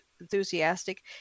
enthusiastic